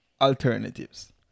alternatives